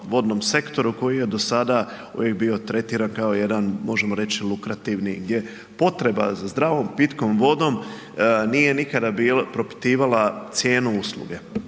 vodnom sektoru koji je do sada uvijek bio tretiran kao jedan, možemo reći, lukrativni gdje potreba za zdravom, pitkom vodom nije nikada propitivala cijenu usluge.